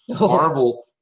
Marvel